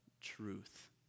truth